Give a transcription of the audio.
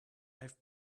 have